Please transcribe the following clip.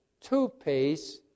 two-piece